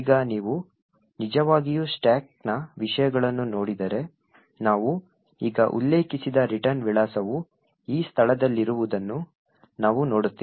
ಈಗ ನೀವು ನಿಜವಾಗಿಯೂ ಸ್ಟಾಕ್ನ ವಿಷಯಗಳನ್ನು ನೋಡಿದರೆ ನಾವು ಈಗ ಉಲ್ಲೇಖಿಸಿದ ರಿಟರ್ನ್ ವಿಳಾಸವು ಈ ಸ್ಥಳದಲ್ಲಿರುವುದನ್ನು ನಾವು ನೋಡುತ್ತೇವೆ